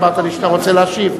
אמרת לי שאתה רוצה להשיב.